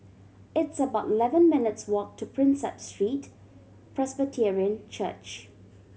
it's about eleven minutes' walk to Prinsep Street Presbyterian Church